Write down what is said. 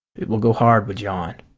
it will go hard with john.